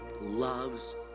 loves